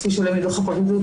כפי שעולה בדוח הפרקליטות,